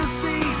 see